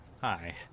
Hi